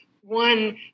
one